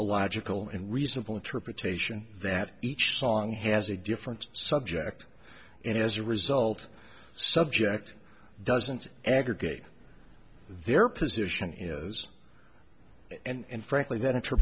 a logical and reasonable interpretation that each song has a different subject and as a result subject doesn't aggregate their position is and frankly